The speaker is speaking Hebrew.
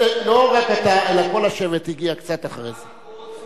לא רק אתה, אלא כל השבט הגיע קצת אחרי זה.